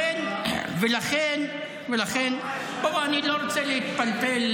ירדן ויתרה על